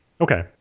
Okay